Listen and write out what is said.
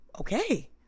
okay